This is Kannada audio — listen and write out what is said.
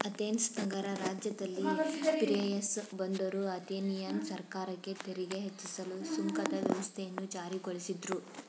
ಅಥೆನ್ಸ್ ನಗರ ರಾಜ್ಯದಲ್ಲಿ ಪಿರೇಯಸ್ ಬಂದರು ಅಥೆನಿಯನ್ ಸರ್ಕಾರಕ್ಕೆ ತೆರಿಗೆ ಹೆಚ್ಚಿಸಲು ಸುಂಕದ ವ್ಯವಸ್ಥೆಯನ್ನು ಜಾರಿಗೊಳಿಸಿದ್ರು